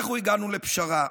אנחנו הגענו לפשרה,